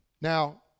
Now